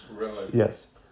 Yes